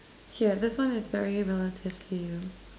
here this one is very relative to you